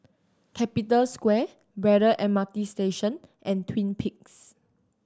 Capital Square Braddell M R T Station and Twin Peaks